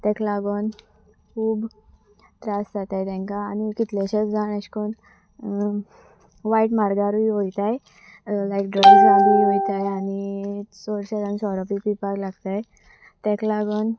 ताका लागून खूब त्रास जाताय तेंकां आनी कितलेशेच जाण अशे करून वायट मार्गारूय वयताय लायक ड्रग्सां बी वोयताय आनी चोडशे जन सोरो बी पिवपाक लागताय ताका लागून